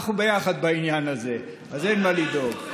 אנחנו ביחד בעניין הזה, אז אין מה לדאוג.